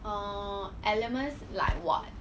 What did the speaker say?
err elements like what